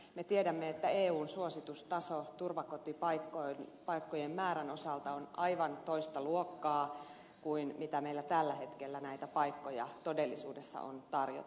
me tiedämme että eun suositustaso turvakotipaikkojen määrän osalta on aivan toista luokkaa kuin mitä meillä tällä hetkellä näitä paikkoja todellisuudessa on tarjota